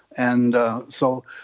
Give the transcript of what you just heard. and so,